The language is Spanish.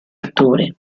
octubre